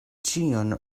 ĉion